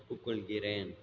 ஒப்புக் கொள்கிறேன்